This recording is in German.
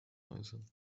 äußern